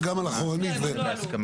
דווקא מעדיפה להגיב בכל